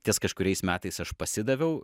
ties kažkuriais metais aš pasidaviau